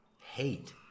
Hate